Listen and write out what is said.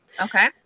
okay